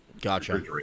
Gotcha